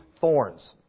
thorns